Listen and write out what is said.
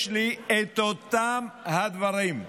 יש לי את אותם הדברים,